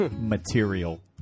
material